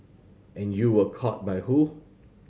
and you were caught by who